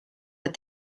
what